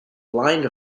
line